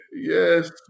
yes